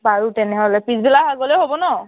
বাৰু তেনেহ'লে পিছবেলা গ'লেও হ'ব ন'